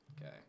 Okay